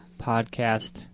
Podcast